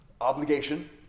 obligation